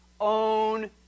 own